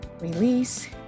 release